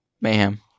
Mayhem